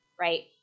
right